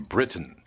Britain